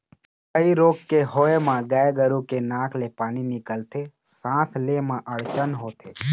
छई रोग के होवब म गाय गरु के नाक ले पानी निकलथे, सांस ले म अड़चन होथे